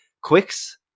Quicks